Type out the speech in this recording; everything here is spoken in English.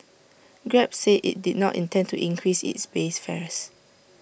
grab said IT did not intend to increase its base fares